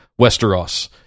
Westeros